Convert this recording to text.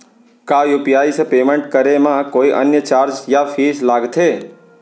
का यू.पी.आई से पेमेंट करे म कोई अन्य चार्ज या फीस लागथे?